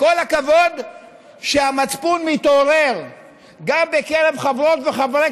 כל הכבוד שהמצפון מתעורר גם בקרב חברות וחברי